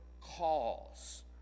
calls